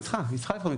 היא צריכה להתמודד.